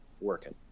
working